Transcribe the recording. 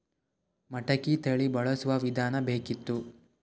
ಮಟಕಿ ತಳಿ ಬಳಸುವ ವಿಧಾನ ಬೇಕಿತ್ತು?